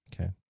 Okay